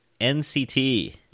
nct